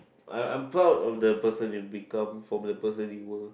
I I'm proud of the person you become from the person you were